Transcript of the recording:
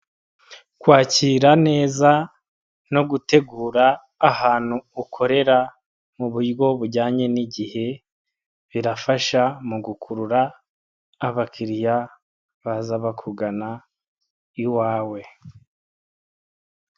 Kwakira neza no gutegura ahantu ukorera mu buryo bujyanye n'igihe, birafasha mu gukurura abakiriya baza bakugana iwawe.